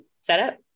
Setup